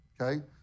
okay